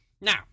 Now